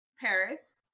Paris